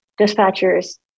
dispatchers